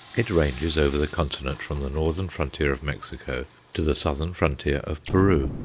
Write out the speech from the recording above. it ranges over the continent from the northern frontier of mexico to the southern frontier of peru,